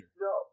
No